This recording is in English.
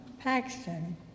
Paxton